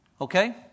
Okay